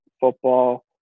football